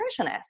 nutritionist